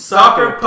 Soccer